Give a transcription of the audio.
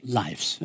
lives